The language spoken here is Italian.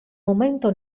momento